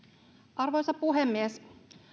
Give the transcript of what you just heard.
arvoisa puhemies